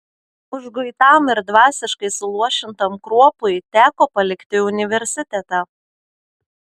užguitam ir dvasiškai suluošintam kruopui teko palikti universitetą